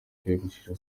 kwiyogoshesha